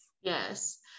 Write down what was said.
Yes